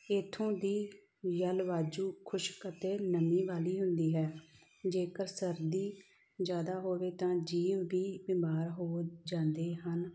ਇੱਥੋਂ ਦੀ ਜਲਵਾਯੂ ਖੁਸ਼ਕ ਅਤੇ ਨਮੀ ਵਾਲੀ ਹੁੰਦੀ ਹੈ ਜੇਕਰ ਸਰਦੀ ਜ਼ਿਆਦਾ ਹੋਵੇ ਤਾਂ ਜੀਵ ਵੀ ਬਿਮਾਰ ਹੋ ਜਾਂਦੇ ਹਨ